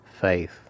faith